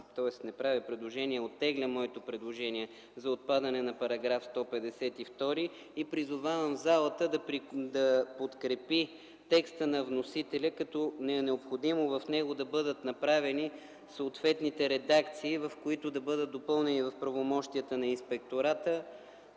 за протокола – оттеглям моето предложение за отпадане на § 152 и призовавам залата да подкрепи текста на вносителя, като е необходимо в него да бъдат направени съответните редакции, в които да бъдат допълнени в правомощията на Инспектората